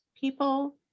people